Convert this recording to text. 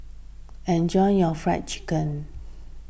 enjoy your Fried Chicken